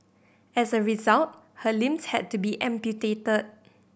as a result her limbs had to be amputated